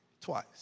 twice